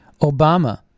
Obama